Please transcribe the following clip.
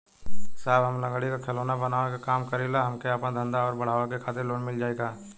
साहब हम लंगड़ी क खिलौना बनावे क काम करी ला हमके आपन धंधा अउर बढ़ावे के खातिर लोन मिल जाई का?